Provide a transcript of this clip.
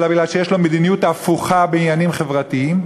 אלא מפני שיש לו מדיניות הפוכה בעניינים חברתיים?